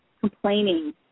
complaining